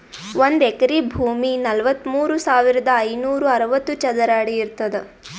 ಒಂದ್ ಎಕರಿ ಭೂಮಿ ನಲವತ್ಮೂರು ಸಾವಿರದ ಐನೂರ ಅರವತ್ತು ಚದರ ಅಡಿ ಇರ್ತದ